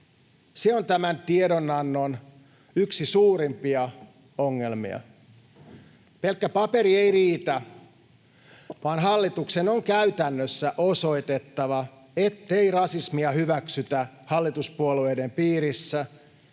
Se on tämän tiedonannon yksi suurimpia ongelmia. Pelkkä paperi ei riitä, vaan hallituksen on käytännössä osoitettava, että rasismia ei hyväksytä hallituspuolueiden piirissä